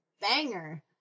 banger